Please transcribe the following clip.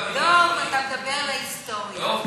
דב, אתה תדבר להיסטוריה.